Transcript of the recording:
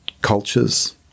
cultures